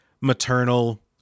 maternal